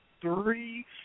three